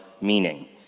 meaning